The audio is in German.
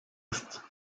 ist